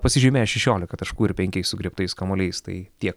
pasižymėjo šešiolika taškų ir penkiais sugriebtais kamuoliais tai tiek